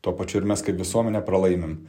tuo pačiu ir mes kaip visuomenė pralaimim